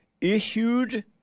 issued